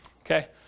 Okay